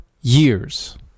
years